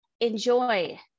enjoy